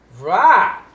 Right